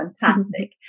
fantastic